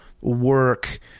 work